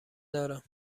دارم